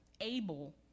able